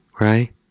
right